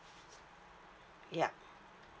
yup